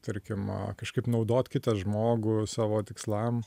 tarkim kažkaip naudot kitą žmogų savo tikslam